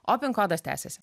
o pin kodas tęsiasi